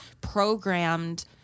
programmed